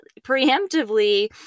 preemptively